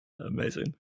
Amazing